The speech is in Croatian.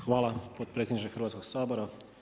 Hvala potpredsjedniče Hrvatskog sabora.